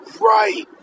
right